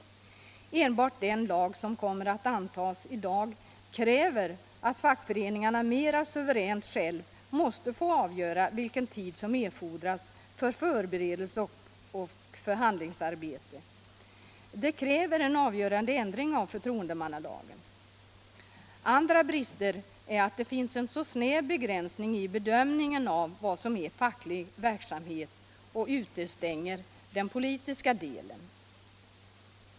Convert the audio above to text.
Inte minst den lag som kommer att antas i dag kräver att fackföreningarna mer suveränt själva får avgöra vilken tid som erfordras för förberedelser och förhandlingsarbete. Detta kräver en avgörande ändring av förtroendemannalagen. Andra brister är att bedömningen av vad som är facklig verksamhet är mycket snäv och utestänger den politiska delen.